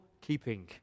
keeping